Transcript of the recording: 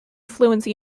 fluency